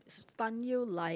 stun you like